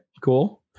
cool